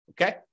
okay